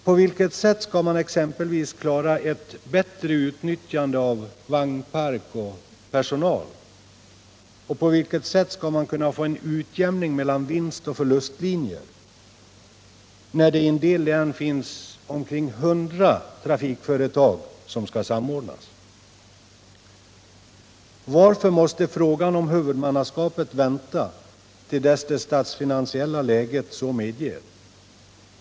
På vilket sätt skall man exempelvis klara ett bättre utnyttjande av vagnpark och personal, och på vilket sätt skall man kunna få en utjämning mellan vinstoch förlustlinjer, när det i en del län finns omkring 100 trafikföretag som skall samordnas? Varför måste frågan om huvudmannaskapet vänta till dess det statsfinansiella läget så medger?